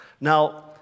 Now